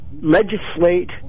legislate